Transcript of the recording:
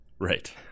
Right